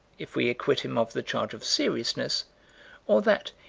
if we acquit him of the charge of seriousness or that,